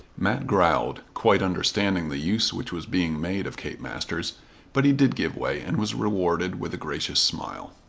mat growled, quite understanding the use which was being made of kate masters but he did give way and was rewarded with a gracious smile.